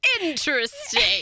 Interesting